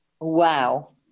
wow